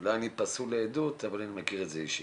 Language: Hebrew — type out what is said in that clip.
אולי אני פסול לעדות, אבל אני מכיר את זה אישית.